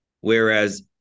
Whereas